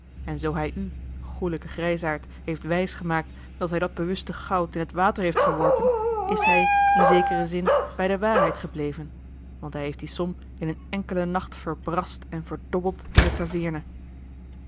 en zoo hij u goêlijke grijsaard heeft wijs gemaakt dat hij dat bewuste goud in het water heeft geworpen is hij in zekeren zin bij de waarheid gebleven want hij heeft die som in een enkelen nacht verbrast en verdobbeld in de